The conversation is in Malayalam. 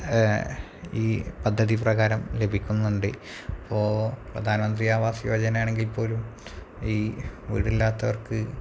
ഈ പദ്ധതിപ്രകാരം ലഭിക്കുന്നുണ്ട് അപ്പോള് പ്രധാനമന്ത്രി ആവാസ് യോജന ആണെങ്കിൽ പോലും ഈ വീടില്ലാത്തവർക്ക്